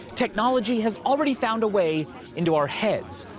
technology has already found a way into our heads,